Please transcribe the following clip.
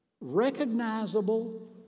recognizable